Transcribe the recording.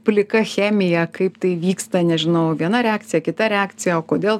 plika chemija kaip tai vyksta nežinau viena reakcija kita reakcija o kodėl